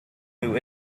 who